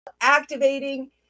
activating